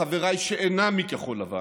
חבריי שאינם מכחול לבן,